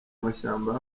mashyamba